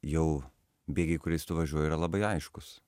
jau bėgiai kuriais tu važiuoji yra labai aiškūs